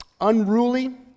unruly